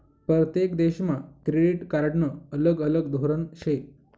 परतेक देशमा क्रेडिट कार्डनं अलग अलग धोरन शे